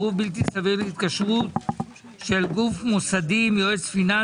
איסור על סירוב בלתי סביר להתקשרות של גוף מוסדי עם יועץ פנסיונ